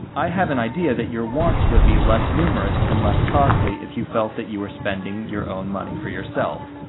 i have an idea that your wants would be less numerous and less costly if you felt that you were spending your own money for yourself.